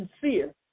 sincere